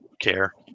care